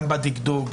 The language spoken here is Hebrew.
גם בדקדוק,